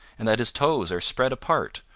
and that his toes are spread apart,